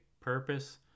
purpose